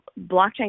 blockchain